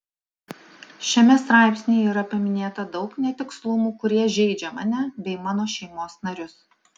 šiame straipsnyje yra paminėta daug netikslumų kurie žeidžia mane bei mano šeimos narius